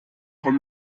von